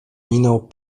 minął